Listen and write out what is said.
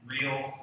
real